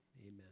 Amen